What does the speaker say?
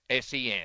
sen